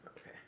Okay